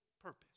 purpose